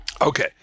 Okay